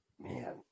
Man